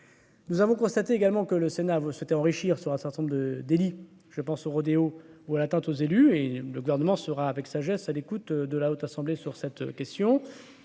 Nous avons constaté également que le Sénat vous souhaitez enrichir sur un certain nombre de délits, je pense au rodéo ou à l'atteinte aux élus et le gouvernement sera avec sagesse à l'écoute de la haute assemblée sur cette question,